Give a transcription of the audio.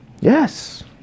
Yes